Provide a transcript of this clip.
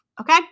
Okay